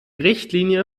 richtlinie